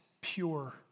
pure